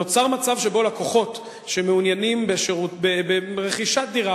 נוצר מצב שבו לקוחות שמעוניינים ברכישת דירה